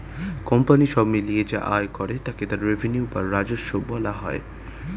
company সব মিলিয়ে যা আয় করে তাকে তার রেভিনিউ বা রাজস্ব বলা হয়